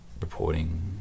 reporting